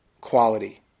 quality